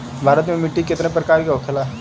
भारत में मिट्टी कितने प्रकार का होखे ला?